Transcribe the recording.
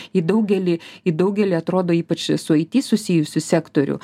į daugelį į daugelį atrodo ypač su it susijusių sektorių